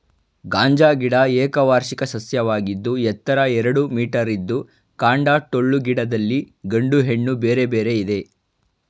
ಗಾಂಜಾ ಗಿಡ ಏಕವಾರ್ಷಿಕ ಸಸ್ಯವಾಗಿದ್ದು ಎತ್ತರ ಎರಡು ಮೀಟರಿದ್ದು ಕಾಂಡ ಟೊಳ್ಳು ಗಿಡದಲ್ಲಿ ಗಂಡು ಹೆಣ್ಣು ಬೇರೆ ಬೇರೆ ಇದೆ